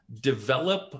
develop